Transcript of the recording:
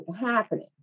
happening